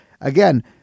again